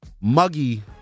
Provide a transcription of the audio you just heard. muggy